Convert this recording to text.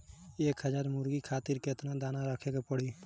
एक हज़ार मुर्गी खातिर केतना दाना रखे के पड़ी?